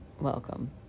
Welcome